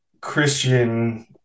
christian